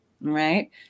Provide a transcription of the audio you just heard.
Right